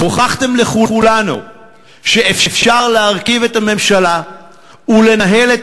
הוכחתם לכולנו שאפשר להרכיב את הממשלה ולנהל את